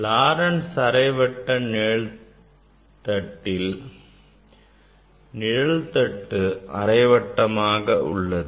Laurent's அரைவட்ட நிழல்தட்டுல் நிழல் தட்டு அரைவட்டமாக உள்ளது